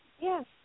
Yes